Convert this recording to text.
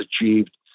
achieved